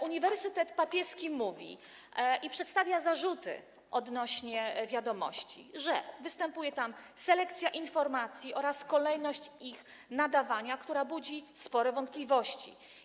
Uniwersytet Papieski, przedstawiając zarzuty odnośnie do „Wiadomości”, mówi: Występuje tam selekcja informacji oraz kolejność ich nadawania, która budzi spore wątpliwości.